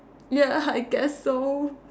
ya I guess so